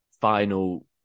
final